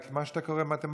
רק למה שאתה קורא מתמטיקה,